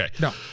No